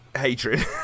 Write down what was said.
hatred